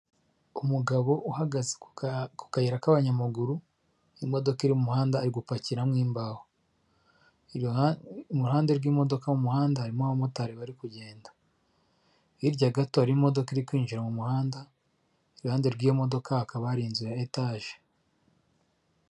Umugabo uhagaze ku kayira k'abanyamaguru imodoka iri mu muhanda iri gupakira imbaho, iruhande rw'imodoka mu muhanda harimo abamotari bari kugenda hirya gato hari imodoka iri kwinjira mu muhanda iruhande rw'iyo modoka hakaba hari inzu ya etage.